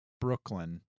brooklyn